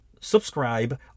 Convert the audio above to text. subscribe